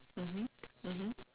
mmhmm mmhmm